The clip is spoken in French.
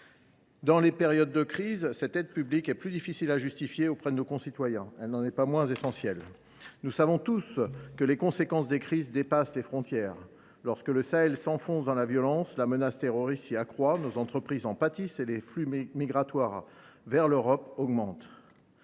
Dans les périodes de crise, cette aide publique est plus difficile à justifier auprès de nos concitoyens ; elle n’en est pas moins essentielle. Nous savons tous que les conséquences des crises dépassent les frontières : lorsque le Sahel s’enfonce dans la violence, la menace terroriste s’y accroît, nos entreprises en pâtissent et les flux migratoires vers l’Europe augmentent.